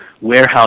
Warehouse